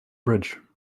bridge